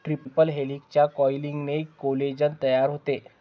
triple हेलिक्सच्या कॉइलिंगने collagen तयार होते